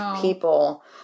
people